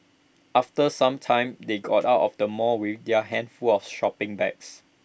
after some time they got out of the mall with their hands full of shopping bags